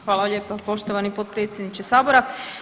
Hvala lijepa poštovani potpredsjedniče sabora.